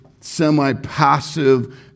semi-passive